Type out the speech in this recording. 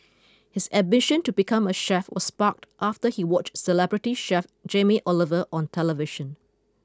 his ambition to become a chef was sparked after he watched celebrity chef Jamie Oliver on television